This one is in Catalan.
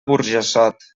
burjassot